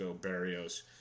Barrios